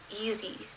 easy